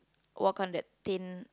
work on the thing